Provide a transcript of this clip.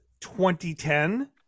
2010